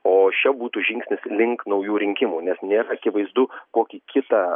o šia būtų žingsnis link naujų rinkimų nes nėr akivaizdu kokį kitą